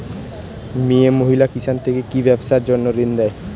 মিয়ে মহিলা কিষান থেকে কি ব্যবসার জন্য ঋন দেয়?